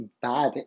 bad